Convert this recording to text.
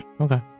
Okay